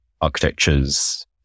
architectures